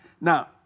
Now